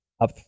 up